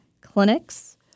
clinics